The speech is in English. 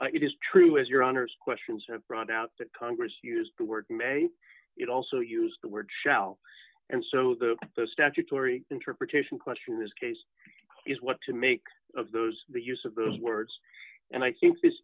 nationwide it is true as your honour's questions have brought out that congress used the word it also used the word shall and so the statutory interpretation question in this case is what to make of those the use of those words and i think this